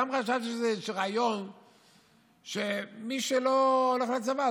פעם חשבתי שזה איזשהו רעיון שמי שלא הולך לצבא,